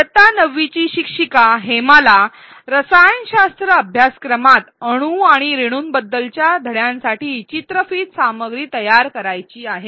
इयत्ता ९वी ची शिक्षिका हेमाला रसायनशास्त्र अभ्यासक्रमात अणू आणि रेणूंबद्दलच्या धड्यांसाठी चित्रफित सामग्री तयार करायची आहे